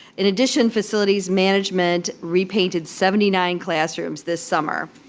in addition, facilities management repainted seventy nine classrooms this summer.